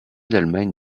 d’allemagne